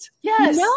yes